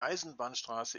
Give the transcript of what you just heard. eisenbahnstraße